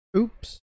Oops